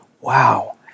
wow